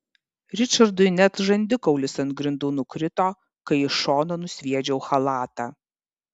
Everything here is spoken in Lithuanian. ričardui net žandikaulis ant grindų nukrito kai į šoną nusviedžiau chalatą